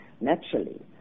naturally